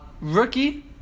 Rookie